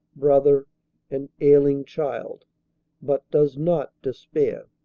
brother and ailing child but does not despair.